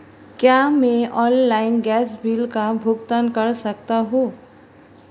क्या मैं online gas bill का भुगतान कर सकता हूँ?